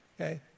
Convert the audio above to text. okay